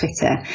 Twitter